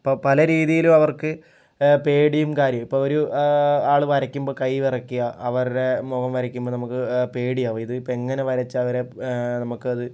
ഇപ്പോൾ പല രീതിയിലും അവർക്ക് പേടിയും കാര്യവും ഇപ്പോൾ ഒരു ആള് വരയ്ക്കുമ്പോൾ കൈ വിറയ്ക്കുക അവരുടെ മുഖം വരയ്ക്കുമ്പോൾ നമുക്ക് പേടിയാവുക ഇതിപ്പോൾ എങ്ങനെ വരച്ചാൽ അവരെ നമ്മൾക്കത്